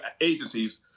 agencies